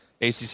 ACC